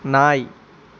நாய்